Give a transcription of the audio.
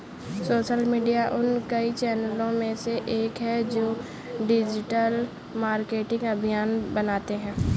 social media उन कई चैनलों में से एक है जो डिजिटल मार्केटिंग अभियान बनाते हैं